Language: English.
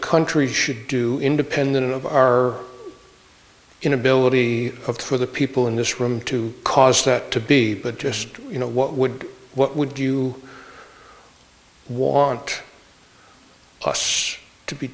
country should do independent of our inability of for the people in this room to cause that to be but just you know what would what would you want us to be